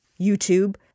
YouTube